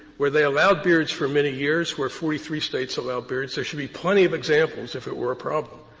where they allowed beards for many years, where forty three states allowed beards, there should be plenty of examples if it were a problem.